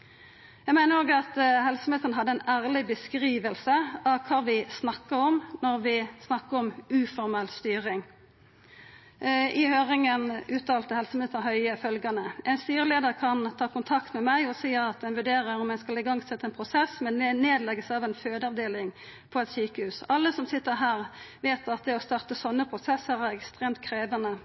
meiner også at helseministeren hadde ei ærleg beskriving av kva vi snakkar om når vi snakkar om uformell styring. I høyringa uttalte helseminister Høie: «En styreleder kan ta kontakt med meg og si at en vurderer om en skal igangsette en prosess med nedleggelse av en fødeavdeling på et sykehus. Alle som sitter her, vet at det å starte sånne prosesser er ekstremt krevende.